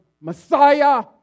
Messiah